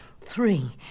three